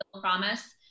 promise